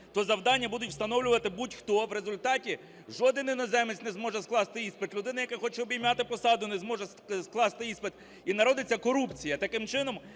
то завдання будуть встановлювати будь-хто, в результаті жоден іноземець не зможе скласти іспит. Людина, яка хоче обіймати посаду, не зможе скласти іспит і народиться корупція. Таким чином